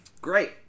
Great